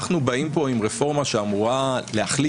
אנחנו באים לפה עם רפורמה שאמורה להחליש